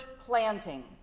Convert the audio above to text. planting